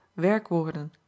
werkwoorden